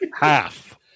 half